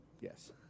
yes